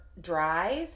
drive